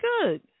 good